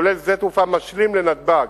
כולל שדה תעופה משלים לנתב"ג,